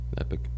Epic